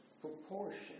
Proportion